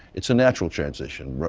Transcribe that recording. it's a natural transition.